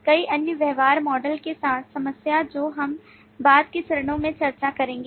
कई अन्य व्यवहार मॉडल के साथ समस्या जो हम बाद के चरणों में चर्चा करेंगे